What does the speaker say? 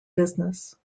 business